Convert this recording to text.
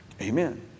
Amen